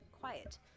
quiet